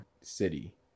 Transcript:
city